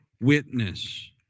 witness